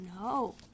no